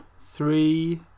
three